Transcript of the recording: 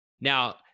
Now